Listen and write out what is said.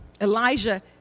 Elijah